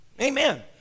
Amen